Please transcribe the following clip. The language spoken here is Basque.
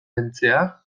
kentzea